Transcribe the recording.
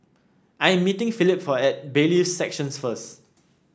I'm meeting Philip at Bailiffs' Section first